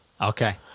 Okay